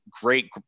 great